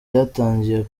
yatangiye